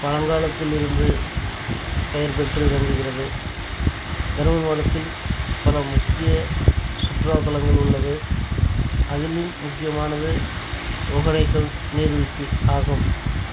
பழங்காலத்திலிருந்து பெயர்பெற்று கொண்டிருக்கிறது தர்மபுரி மாவட்டத்தில் பல முக்கிய சுற்றுலா தலங்கள் உள்ளது அதிலும் முக்கியமானது ஒக்கேனக்கல் நீர் வீழ்ச்சி ஆகும்